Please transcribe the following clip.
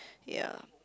ya